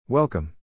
Welcome